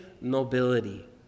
nobility